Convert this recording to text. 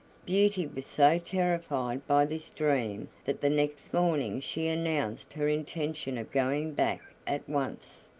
beauty was so terrified by this dream that the next morning she announced her intention of going back at once,